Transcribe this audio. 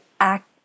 act